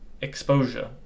exposure